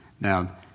Now